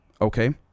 Okay